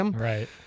Right